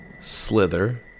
Slither